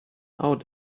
out